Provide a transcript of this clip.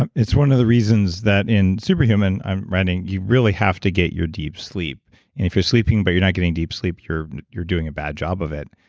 it's one of the reasons that in super human, i'm writing, you really have to get your deep sleep. and if you're sleeping but you're not getting deep sleep, you're you're doing a bad job of it.